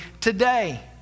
today